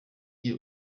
njye